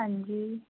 ਹਾਂਜੀ